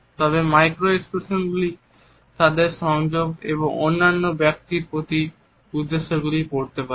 তবে মাইক্রো এক্সপ্রেশনগুলিতে একজন তাদের সংযোগ এবং অন্যান্য ব্যক্তির প্রতি তাদের উদ্দেশ্যগুলি পড়তে পারে